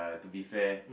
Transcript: uh to be fair